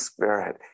Spirit